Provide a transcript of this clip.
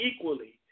equally